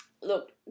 look